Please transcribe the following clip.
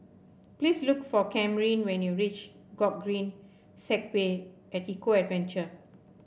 please look for Kamryn when you reach Gogreen Segway at Eco Adventure